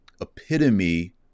epitome